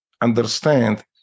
understand